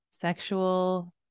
sexual